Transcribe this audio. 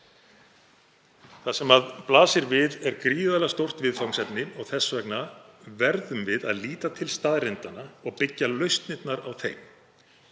Það sem blasir við er gríðarlega stórt viðfangsefni og þess vegna verðum við að líta til staðreynda og byggja lausnirnar á þeim